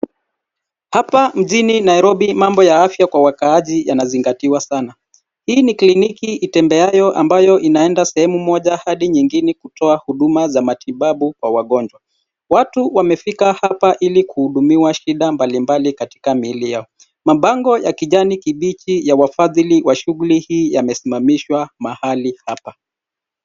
Hapa mjini Nairobi mambo ya afya kwa wakaaji yanazigatiwa sana. Hii ni kliniki itembeayo ambayo inaeda sehemu moja hadi nyingine kutoa huduma za matitabu kwa wagonjwa. Watu wamefika apa ili kuhudumiwa shida mbalimbali katika miili yao. Mabango ya kijani kibichi ya wafadhili wa shughuli ii yamesimamishwa mahali apa.